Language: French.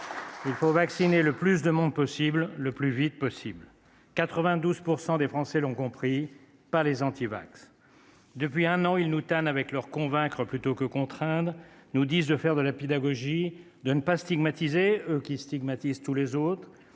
il faut vacciner le plus de monde possible, le plus vite possible. Cela, 92 % des Français l'ont compris, mais pas les antivax. Depuis un an, ils nous tannent avec leur « convaincre plutôt que contraindre »; ils nous disent de faire de la pédagogie et de ne pas stigmatiser, eux qui stigmatisent tous les autres.